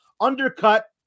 undercut